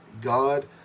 God